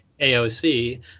AOC